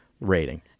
rating